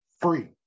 free